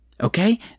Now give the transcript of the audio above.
Okay